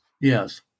Yes